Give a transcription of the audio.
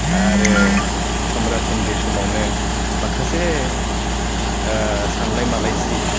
आरो समब्रा समब्रि समावनो माखासे सानलाय मालाइसि